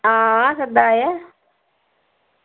हां साद्दा आया